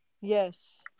yes